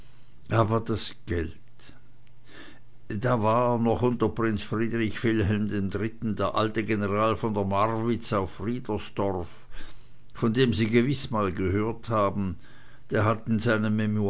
aber das geld da war noch unter friedrich wilhelm iii der alte general von der marwitz auf friedersdorf von dem sie gewiß mal gehört haben der hat in seinen